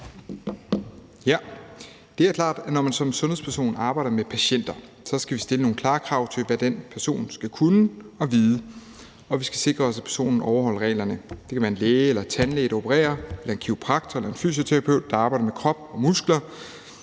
(S): Det er klart, at når man som sundhedsperson arbejder med patienter, skal vi stille nogle klare krav til, hvad den person skal kunne og vide, og vi skal sikre os, at personen overholder reglerne. Det kan være en læge eller tandlæge, der opererer, eller en kiropraktor eller fysioterapeut, der arbejder med krop og muskler.